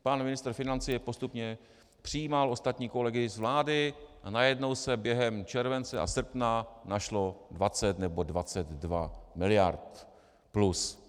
Pan ministr financí je postupně přijímal, ostatní kolegy z vlády, a najednou se během července a srpna našlo 20 nebo 22 mld. plus.